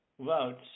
votes